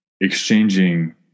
exchanging